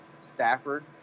Stafford